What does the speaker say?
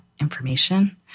information